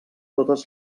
totes